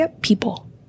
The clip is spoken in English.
people